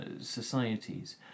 societies